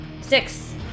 Six